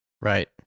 Right